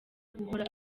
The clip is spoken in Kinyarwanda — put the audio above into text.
guhora